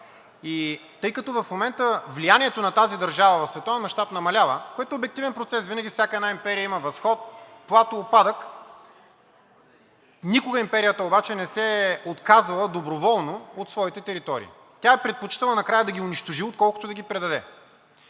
И тъй като в момента влиянието на тази държава в световен мащаб намалява, което е обективен процес, винаги всяка една империя има възход, плато, упадък, никога империята обаче не се е отказала доброволно от своите територии. Тя е предпочитала накрая да ги унищожи, отколкото да ги предаде.